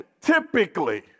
typically